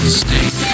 state